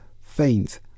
faint